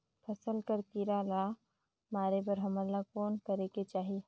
फसल कर कीरा ला मारे बर हमन ला कौन करेके चाही?